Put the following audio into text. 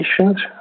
patients